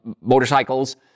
motorcycles